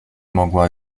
mogła